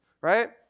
right